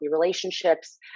relationships